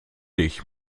dich